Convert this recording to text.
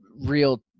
real